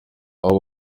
aho